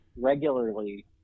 regularly